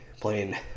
playing